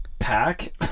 pack